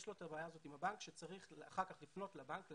יש לו את הבעיה הזאת עם בנק וצריך אחר לפנות לבנק ולומר,